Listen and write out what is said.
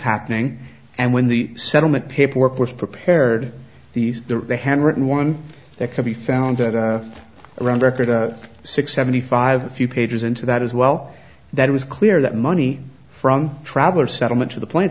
happening and when the settlement paperwork was prepared these are the handwritten one that can be found around record six seventy five few pages into that as well that was clear that money from travelers settlement to the p